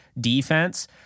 defense